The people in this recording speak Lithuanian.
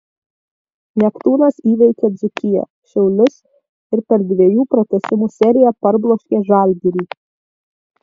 neptūnas įveikė dzūkiją šiaulius ir per dviejų pratęsimų seriją parbloškė žalgirį